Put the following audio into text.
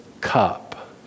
cup